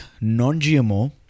non-GMO